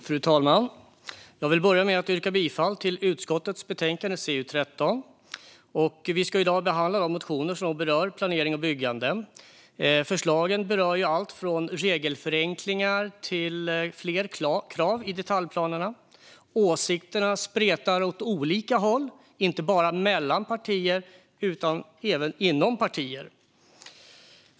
Fru talman! Jag vill börja med att yrka bifall till förslaget i utskottets betänkande CU13. Vi ska i dag behandla de motioner som berör planering och byggande. Förslagen berör allt från regelförenklingar till fler krav i detaljplanerna. Åsikterna spretar åt olika håll, inte bara mellan partier utan även inom partier.